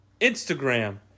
Instagram